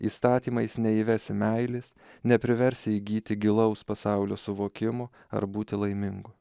įstatymais neįvesi meilės nepriversi įgyti gilaus pasaulio suvokimo ar būti laimingu